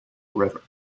river